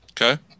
Okay